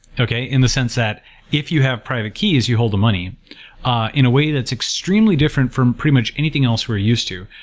in the sense that if you have private keys, you hold the money ah in a way that's extremely different from pretty much anything else we're used to,